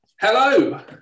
Hello